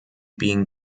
being